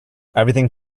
everything